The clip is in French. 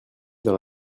dans